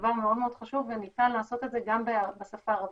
דבר מאוד מאוד חשוב וניתן לעשות את זה גם בשפה הערבית.